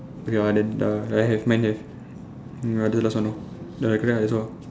okay ya then err I have mine have ya do last one lor ya correct that's all